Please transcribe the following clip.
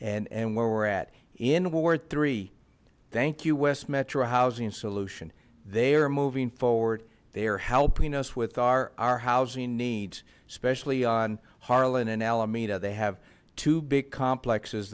and and where we're at in ward three thank you wes metro housing solution they are moving forward they are helping us with our our housing needs especially on harlan and alameda they have two big complexes